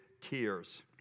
tears